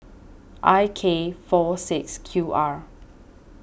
I K four six Q R